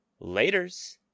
Laters